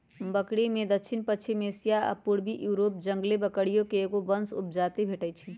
बकरिमें दक्षिणपश्चिमी एशिया आ पूर्वी यूरोपके जंगली बकरिये के एगो वंश उपजाति भेटइ हइ